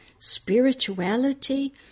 spirituality